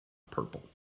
purple